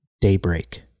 daybreak